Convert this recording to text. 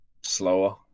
slower